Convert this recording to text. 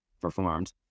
performed